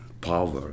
power